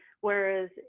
Whereas